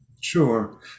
Sure